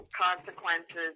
consequences